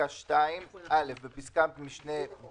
בפסקה (2) (א) בפסקת משנה (ב)